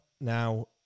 Now